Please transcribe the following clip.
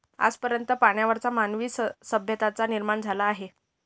आज पर्यंत पाण्यावरच मानवी सभ्यतांचा निर्माण झाला आहे